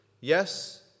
Yes